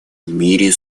мире